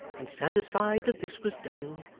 and satisfied that this was done,